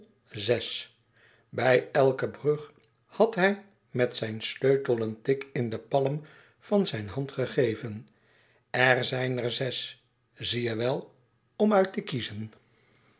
zes bij elke brug had hy met zijn sleutel een tik in de palm van zijne hand gegeven er zijn er zes zie je wel om uit te kiezen